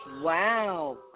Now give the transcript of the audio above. Wow